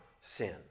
sin